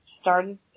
started